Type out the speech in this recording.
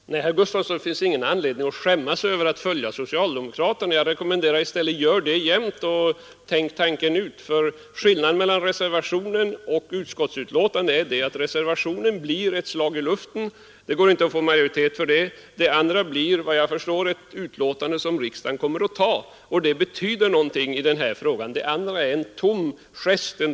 Fru talman! Nej, herr Gustafsson, det finns ingen anledning att skämmas över att följa socialdemokraterna. Jag rekommenderar honom i stället att alltid göra det och tänka tanken ut. Skillnaden mellan reservationen och utskottsmajoritetens hemställan är att reservationen blir ett slag i luften; det går inte att få majoritet för denna. Efter vad jag förstår kommer riksdagen i stället att följa utskottsmajoritetens hemställan, och det betyder något i den här frågan. Det andra blir en tom gest.